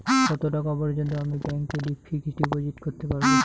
কত টাকা পর্যন্ত আমি ব্যাংক এ ফিক্সড ডিপোজিট করতে পারবো?